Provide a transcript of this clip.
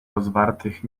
rozwartych